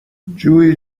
جویی